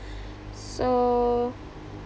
so